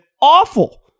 awful